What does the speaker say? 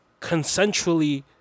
consensually